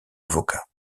avocat